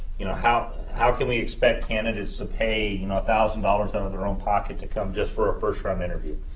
you know, how how can we expect candidates to pay, you know, one thousand dollars out of their own pocket to come just for a first-round interview?